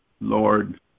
Lord